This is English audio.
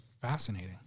Fascinating